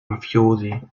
mafiosi